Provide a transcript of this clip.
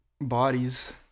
bodies